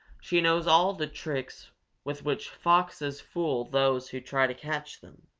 she knows all the tricks with which foxes fool those who try to catch them.